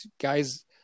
guys